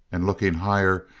and looking higher,